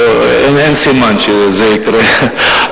אין סימן שזה יקרה,